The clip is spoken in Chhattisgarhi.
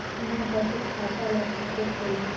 मैं बचत खाता ल किसे खोलूं?